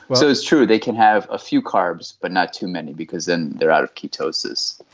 so it's true, they can have a few carbs but not too many because then they are out of ketosis.